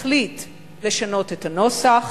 החליט לשנות את הנוסח,